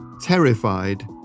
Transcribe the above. Terrified